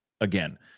again